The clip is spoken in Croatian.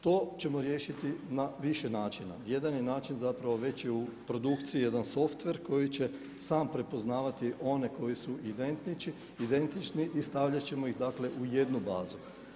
To ćemo riješiti na više načina, jedan je način već je u produkciji jedan softver koji će sam prepoznavati one koji su identični i stavljat ćemo ih u jednu bazu.